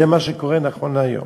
זה מה שקורה נכון להיום.